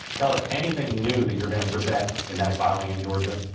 tell us anything new that you're going to present in that filing in georgia.